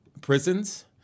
prisons